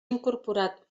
incorporat